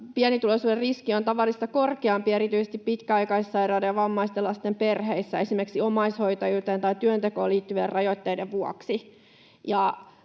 pienituloisille riski on tavallista korkeampi ja erityisesti pitkäaikaissairaiden ja vammaisten lasten perheissä esimerkiksi omaishoitajuuteen tai työntekoon liittyvien rajoitteiden vuoksi